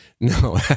No